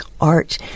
art